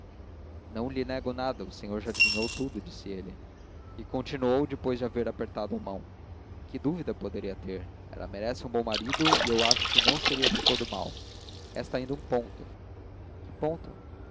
não lhe nego nada o senhor já adivinhou tudo disse ele e continuou depois de haver me apertado a mão que dúvida poderia ter ela merece um bom marido e eu acho que não seria de todo mau resta ainda um ponto que ponto